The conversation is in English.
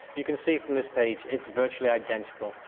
you can see from this page it's virtually identical,